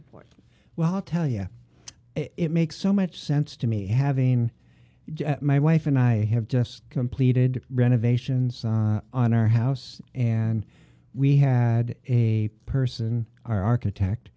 important well i'll tell you it makes so much sense to me having my wife and i have just completed renovations on our house and we had a person our architect